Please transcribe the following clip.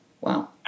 Wow